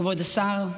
כבוד השר,